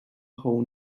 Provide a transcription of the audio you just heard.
whole